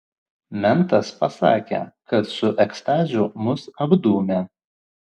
mentas pasakė kad su ekstazių mus apdūmė